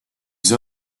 see